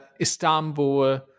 Istanbul